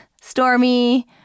stormy